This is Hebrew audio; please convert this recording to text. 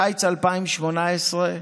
בקיץ 2018,